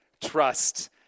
trust